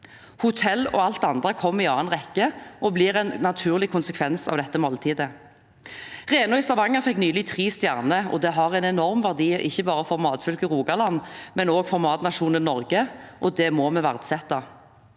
Hotell og alt annet kommer i annen rekke og blir en naturlig konsekvens av måltidet. RE-NAA i Stavanger fikk nylig tre stjerner, og det har en enorm verdi, ikke bare for matfylket Rogaland, men også for matnasjonen Norge. Det må vi verdsette.